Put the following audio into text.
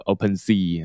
OpenSea